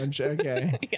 okay